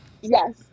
Yes